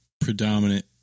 predominant